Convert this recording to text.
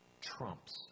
trumps